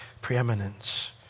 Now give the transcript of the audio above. preeminence